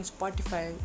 Spotify